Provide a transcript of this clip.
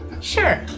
Sure